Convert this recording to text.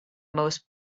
most